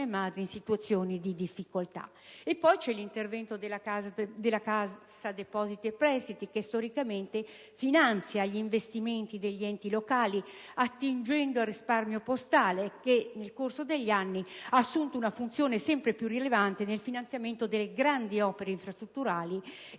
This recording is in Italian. e madri in situazioni di difficoltà. E poi c'è l'intervento della Cassa depositi e prestiti, che storicamente finanzia gli investimenti degli enti locali attingendo al risparmio postale, che nel corso degli anni ha assunto una funzione sempre più rilevante nel finanziamento delle grandi opere infrastrutturali e